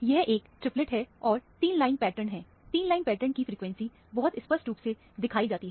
यह एक ट्रिपलेट है और 3 लाइन पैटर्न है 3 लाइन पैटर्न की फ्रीक्वेंसी बहुत स्पष्ट रूप से दिखाई जाती है